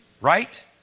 right